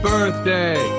Birthday